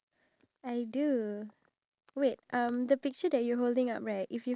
so they tend to work a lot more and they don't get